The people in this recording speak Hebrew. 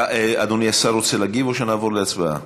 אדוני השר רוצה להגיב או שנעבור להצבעה?